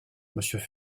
monsieur